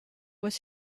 was